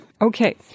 Okay